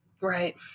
Right